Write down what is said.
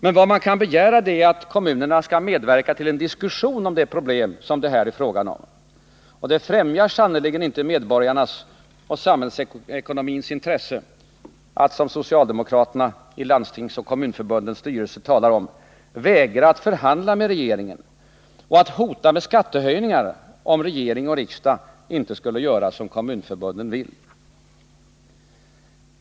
Men vad man kan begära är att kommunerna skall medverka till en diskussion om de problem det här är fråga om. Det främjar sannerligen inte medborgarnas och samhällsekonomins intresse att — som socialdemokraterna i Landstingsförbundets och Kommunförbundets styrelser talar om — vägra att förhandla med regeringen och att hota med skattehöjningar, om regering och riksdag inte skulle göra som kommunförbunden vill.